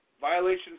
violations